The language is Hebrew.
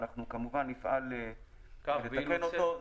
ואנחנו כמובן נפעל לתקן אותו.